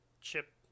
chip